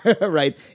right